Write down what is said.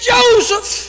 Joseph